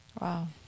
Wow